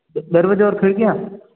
दरवाजे और खिड़कियाँ